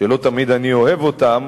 שלא תמיד אני אוהב אותן,